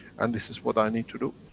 and this is what i need to do.